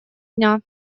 дня